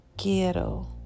quiero